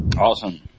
Awesome